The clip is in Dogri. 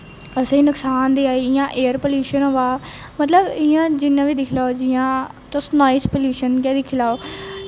असेंगी नकसान देयै जियां एयर प्लयूशन होआ दा मतलब इ'यां जियां बी दिक्खी लैओ जियां तुस नाईज प्लयूशन गै दिक्खी लैओ